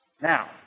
Now